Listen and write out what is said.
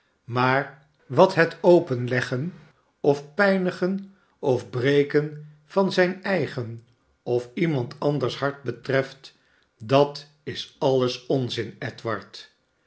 maar wat het openleggen of pijnigen of breken van zijn eigen of iemand anders hart betreft dat is alles onzin edward